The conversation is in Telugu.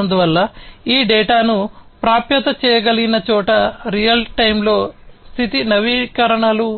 అందువల్ల ఈ డేటాను ప్రాప్యత చేయగలిగిన చోట రియల్ టైమ్లో స్థితి నవీకరణలు